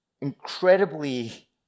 incredibly